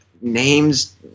names –